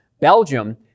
Belgium